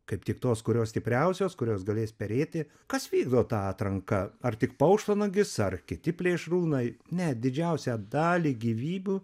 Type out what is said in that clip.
kaip tik tos kurios stipriausios kurios galės perėti kas vykdo tą atranką ar tik paukštvanagis ar kiti plėšrūnai ne didžiausią dalį gyvybių